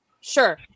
Sure